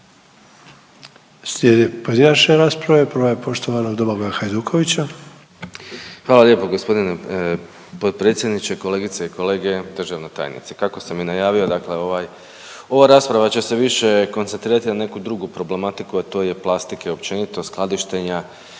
Slijedi pojedinačne rasprave, prva je poštovanog Domagoja Hajdukovića. **Hajduković, Domagoj (Socijaldemokrati)** Hvala lijepo g. potpredsjedniče. Kolegice i kolege, državna tajnice. Kako sam i najavio dakle ova rasprave će se više koncentrirati na neku drugu problematiku, a to je plastike općenito, skladištenja